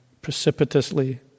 precipitously